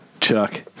Chuck